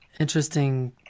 Interesting